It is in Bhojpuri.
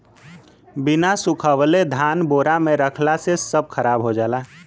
बिना सुखवले धान बोरा में रखला से सब खराब हो जाला